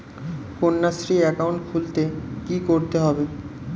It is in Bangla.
কন্যাশ্রী একাউন্ট খুলতে কী করতে হবে?